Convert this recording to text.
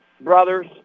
Brothers